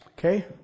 Okay